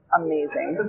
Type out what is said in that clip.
amazing